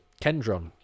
Kendron